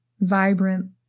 vibrant